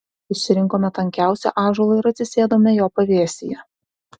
išsirinkome tankiausią ąžuolą ir atsisėdome jo pavėsyje